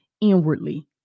inwardly